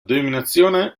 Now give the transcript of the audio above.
denominazione